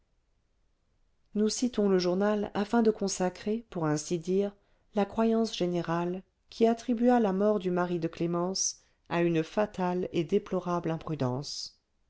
nous citons le journal afin de consacrer pour ainsi dire la croyance générale qui attribua la mort du mari de clémence à une fatale et déplorable imprudence